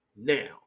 Now